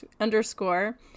underscore